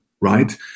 right